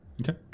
Okay